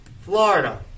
Florida